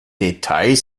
details